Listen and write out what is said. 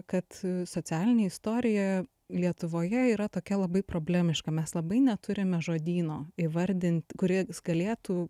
kad socialinė istorija lietuvoje yra tokia labai problemiška mes labai neturime žodyno įvardint kuris galėtų